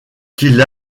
qu’il